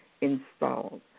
installed